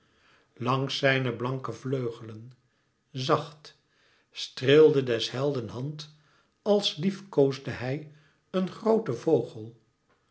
langs zijne blanke vleugelen zacht streelde des helden hand als liefkoosde hij een grooten vogel